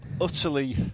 utterly